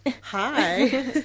Hi